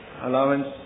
allowance